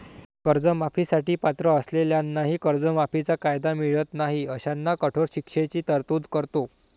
कर्जमाफी साठी पात्र असलेल्यांनाही कर्जमाफीचा कायदा मिळत नाही अशांना कठोर शिक्षेची तरतूद करतो